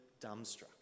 dumbstruck